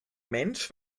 mensch